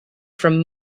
from